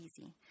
easy